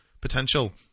potential